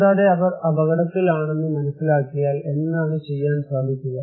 കൂടാതെ അവർ അപകടത്തിലാണെന്ന് മനസ്സിലാക്കിയാൽ എന്താണ് ചെയ്യാൻ സാധിക്കുക